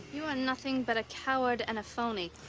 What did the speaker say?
you are nothing but a coward and a phony.